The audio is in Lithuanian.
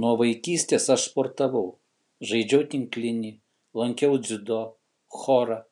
nuo vaikystės aš sportavau žaidžiau tinklinį lankiau dziudo chorą